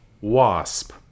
WASP